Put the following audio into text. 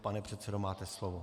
Pane předsedo, máte slovo.